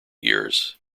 years